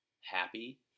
happy